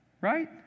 right